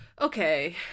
Okay